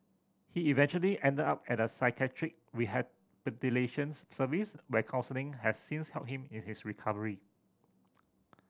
he eventually ended up at a psychiatric rehabilitations service where counselling has since helped him in his recovery